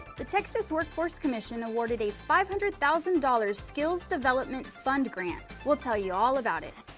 the texas workforce commission awarded a five hundred thousand dollar skills development fund grant. we'll tell you all about it.